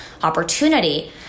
opportunity